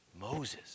Moses